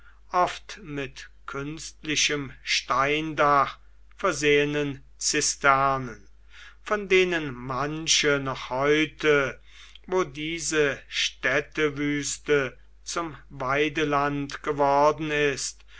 oft unterirdischen oder mit künstlichem steindach versehenen zisternen von denen manche noch heute wo diese städtewüste zum weideland geworden ist